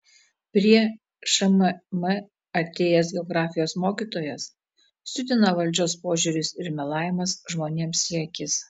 prie šmm atėjęs geografijos mokytojas siutina valdžios požiūris ir melavimas žmonėms į akis